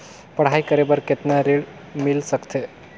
पढ़ाई करे बार कितन ऋण मिल सकथे?